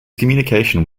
communication